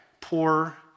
poor